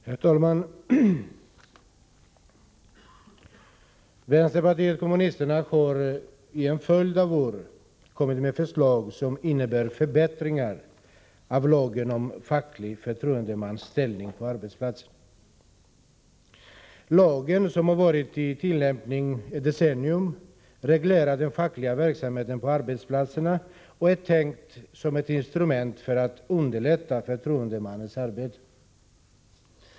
Herr talman! Vänsterpartiet kommunisterna har under en följd av år kommit med förslag som innebär förbättringar av lagen om facklig förtroendemans ställning på arbetsplatsen. Lagen, som har tillämpats i ett decennium, reglerar den fackliga verksamheten på arbetsplatserna och är tänkt som ett instrument för att underlätta förtroendemannens arbete.